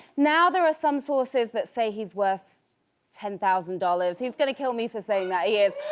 now there are some sources that say he's worth ten thousand dollars. he's going to kill me for saying that he is.